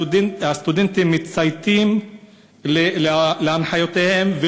הסטודנטים מצייתים להנחיותיהם,